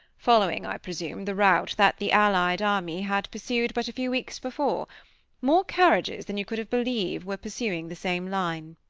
following, i presume, the route that the allied army had pursued but a few weeks before more carriages than you could believe were pursuing the same line.